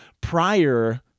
prior